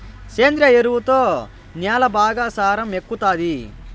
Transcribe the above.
సేంద్రియ ఎరువుతో న్యాల బాగా సారం ఎక్కుతాది